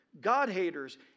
God-haters